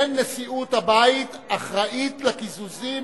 אין נשיאות הבית אחראית לקיזוזים.